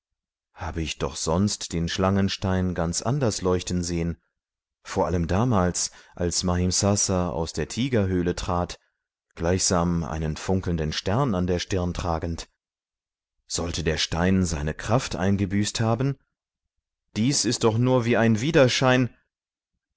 habe ich doch sonst den schlangenstein ganz anders leuchten sehen vor allem damals als mahimsasa aus der tigerhöhle trat gleichsam einen funkelnden stern an der stirn tragend sollte der stein seine kraft eingebüßt haben dies ist doch nur wie ein widerschein